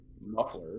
muffler